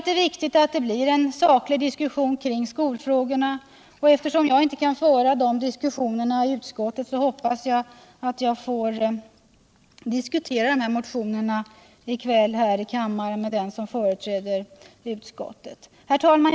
Det är viktigt att det blir en saklig diskussion kring skolfrågorna, och eftersom jag inte kan föra den diskussionen i utskottet hoppas jag att jag får diskutera motionerna här i kväll i kammaren med den som företräder utskottet. Herr talman!